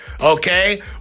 okay